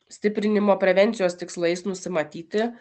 stiprinimo prevencijos tikslais nusimatyti